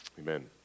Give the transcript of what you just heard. Amen